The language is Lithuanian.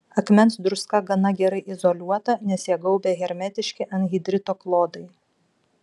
akmens druska gana gerai izoliuota nes ją gaubia hermetiški anhidrito klodai